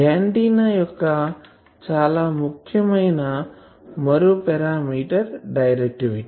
antenna యొక్క చాలా ముఖ్యమైన మరో పారామీటర్ డైరెక్టివిటీ